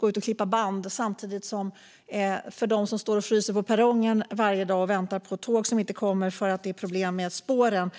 Men för dem som samtidigt står och fryser på perrongen varje dag och väntar på tåg som inte kommer för att det är problem med spåren